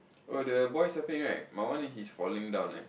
oh the boy setting right my one he is falling down leh